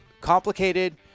complicated